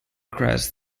crest